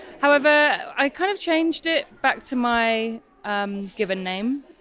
however, i kind of changed it back to my um given name.